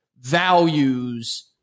values